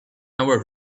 our